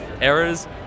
errors